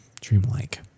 Dreamlike